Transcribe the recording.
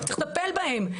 צריך לטפל בהם.